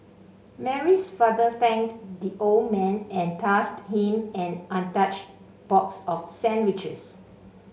Mary's father thanked the old man and passed him an untouched box of sandwiches